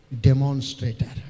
demonstrator